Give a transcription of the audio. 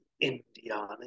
Indiana